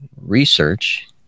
research